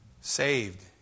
Saved